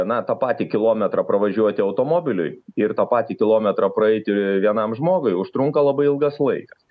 na tą patį kilometrą pravažiuoti automobiliui ir tą patį kilometrą praeiti vienam žmogui užtrunka labai ilgas laikas